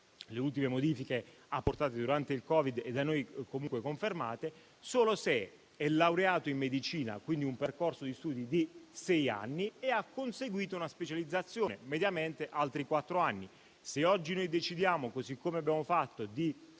le ultime modifiche apportate durante il Covid e da noi comunque confermate - solo se è laureato in medicina e, quindi, ha fatto un percorso di studi di sei anni e ha conseguito una specializzazione (mediamente, altri quattro anni). Se oggi decidiamo - così come abbiamo fatto